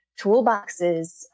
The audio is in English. toolboxes